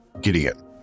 Gideon